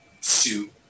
suit